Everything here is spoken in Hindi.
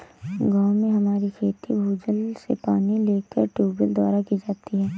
गांव में हमारी खेती भूजल से पानी लेकर ट्यूबवेल द्वारा की जाती है